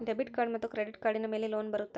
Debit ಮತ್ತು credit ಕಾರ್ಡಿನ ಮೇಲೆ ಲೋನ್ ಬರುತ್ತಾ?